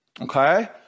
Okay